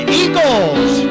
eagles